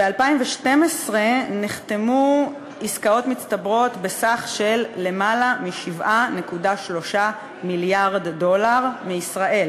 ב-2012 נחתמו עסקאות מצטברות בסך של למעלה מ-7.3 מיליארד דולר מישראל.